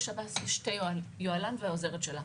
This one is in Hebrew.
בשב"ס יש יוהל"ן והעוזרת שלה.